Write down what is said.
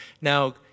Now